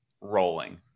rolling